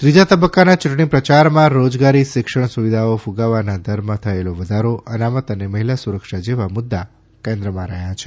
ત્રીજા તબક્કાના ચૂંટણી પ્રચારમાં રોજગારી શિક્ષણ સુવિધાઓ કુગાવાના દરમાં થયેલો વધારો અનામત અને મહિલા સુરક્ષા જેવા મુદ્દા કેન્દ્રમાં રહ્યા છે